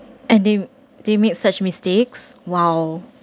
and they they made such mistakes while